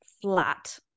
flat